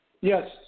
Yes